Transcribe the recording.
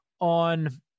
on